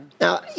Now